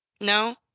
No